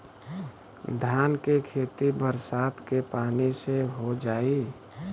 धान के खेती बरसात के पानी से हो जाई?